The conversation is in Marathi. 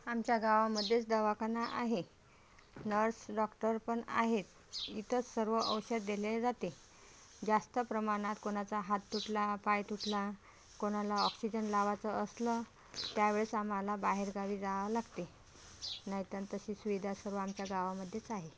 आमच्या गावामधेच दवाखाना आहे नर्स डॉक्टर पण आहेत इतर सर्व औषध दिले जाते जास्त प्रमाणात कोणाचा हात तुटला पाय तुटला कोणाला ऑक्सिजन लावायचं असलं त्या वेळेस आम्हाला बाहेरगावी जावं लागते नाहीतन तशी सुविधा सर्व आमच्या गावामध्येच आहे